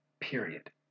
period